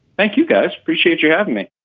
thank you guys appreciate you having me